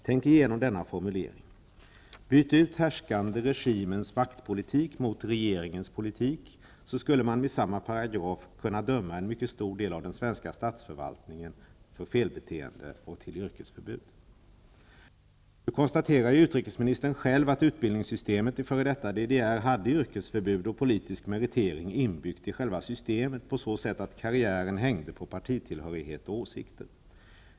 Tänk igenom denna formulering, byt ut härskande regimens maktpolitik mot regeringens politik så skulle man med samma paragraf kunna döma en mycket stor del av den svenska statsförvaltningen för felbeteende och yrkesförbud. Nu konstaterar ju utrikesministern själv att utbildningssystemet i f.d. DDR hade yrkesförbud och politisk meritering inbyggt i själva systemet på så sätt att karriären hängde på partitillhörighet och åsikter.